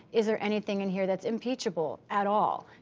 is there any thing in here that's impeachable at all?